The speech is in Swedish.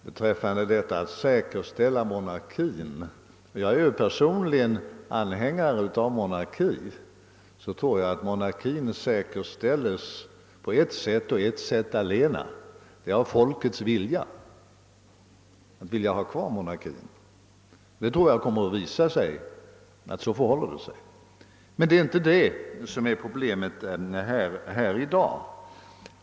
Beträffande att säkerställa monarkin — jag är personligen anhängare av monarki — tror jag att det sker på ett sätt allena: det är genom folkets vilja att ha kvar monarkin. Enligt min uppfattning kommer det att visa sig att det förhåller sig så. Men det är inte detta som är problemet i dag.